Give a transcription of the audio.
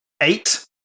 eight